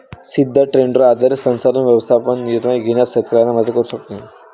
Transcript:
सिद्ध ट्रेंडवर आधारित संसाधन व्यवस्थापन निर्णय घेण्यास शेतकऱ्यांना मदत करू शकते